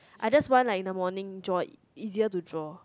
I just want like in the morning draw it easier to draw